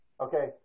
okay